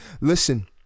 Listen